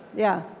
yeah.